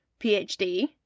PhD